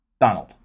Donald